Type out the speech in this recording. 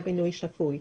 שפוי.